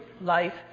life